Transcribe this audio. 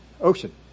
ocean